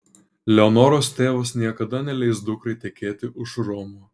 leonoros tėvas niekada neleis dukrai tekėti už romo